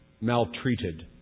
maltreated